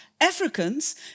Africans